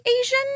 Asian